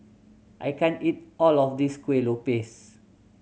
I can't eat all of this Kuih Lopes